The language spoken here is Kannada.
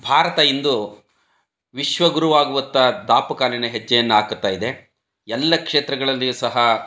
ಭಾರತ ಇಂದು ವಿಶ್ವಗುರುವಾಗುವತ್ತ ದಾಪುಕಾಲಿನ ಹೆಜ್ಜೆಯನ್ನು ಹಾಕುತ್ತ ಇದೆ ಎಲ್ಲ ಕ್ಷೇತ್ರಗಳಲ್ಲಿಯೂ ಸಹ